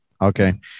Okay